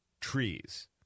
trees